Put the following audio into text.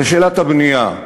לשאלת הבנייה,